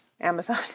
Amazon